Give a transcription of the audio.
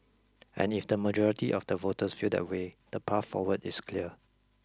and if the majority of the voters feel that way the path forward is clear